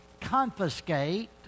confiscate